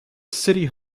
city